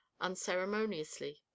unceremoniously